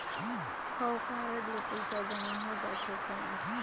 हव कारड ले पइसा जमा हो जाथे कौन?